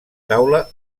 taula